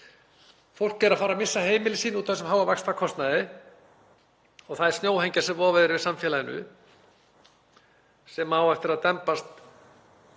Fólk er að fara að missa heimili sín út af þessum háa vaxtakostnaði og það er snjóhengja sem vofir yfir samfélaginu sem á eftir að dembast